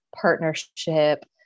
partnership